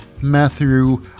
Matthew